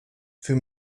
für